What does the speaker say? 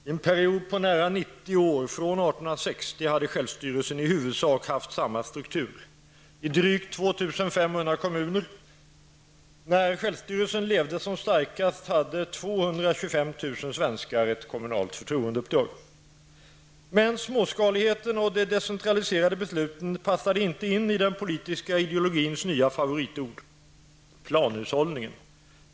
I en period på nära 90 år, från 1860, hade självstyrelsen i huvudsak haft samma struktur i drygt 2 500 kommuner. När självstyrelsen levde som starkast hade 225 000 svenskar ett kommunalt förtroendeuppdrag. Men småskaligheten och de decentraliserade besluten passade inte in i den politiska ideologiens nya favoritord, planhushållningen.